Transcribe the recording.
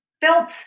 felt